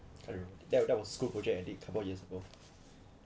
I remem~ that was that was school project I did couple of years ago